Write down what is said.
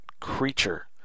creature